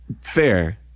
Fair